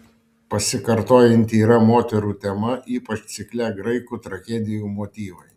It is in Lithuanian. pasikartojanti yra moterų tema ypač cikle graikų tragedijų motyvai